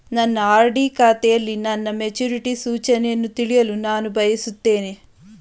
ನನ್ನ ಆರ್.ಡಿ ಖಾತೆಯಲ್ಲಿ ನನ್ನ ಮೆಚುರಿಟಿ ಸೂಚನೆಯನ್ನು ತಿಳಿಯಲು ನಾನು ಬಯಸುತ್ತೇನೆ